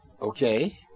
Okay